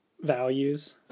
values